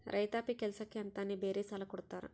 ರೈತಾಪಿ ಕೆಲ್ಸಕ್ಕೆ ಅಂತಾನೆ ಬೇರೆ ಸಾಲ ಕೊಡ್ತಾರ